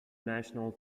national